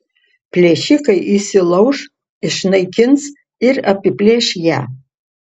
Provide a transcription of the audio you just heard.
plėšikai įsilauš išnaikins ir apiplėš ją